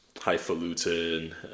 highfalutin